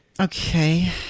Okay